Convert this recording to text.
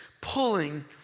pulling